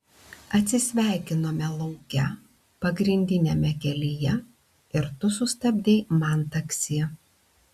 atsisveikinome lauke pagrindiniame kelyje ir tu sustabdei man taksi